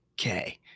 Okay